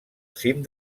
cim